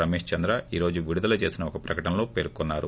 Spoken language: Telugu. రమేష్ చంద్ర ఈ రోజు విడుదల చేసిన ఒక ప్రకటనలో పేర్కొన్సారు